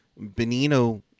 Benino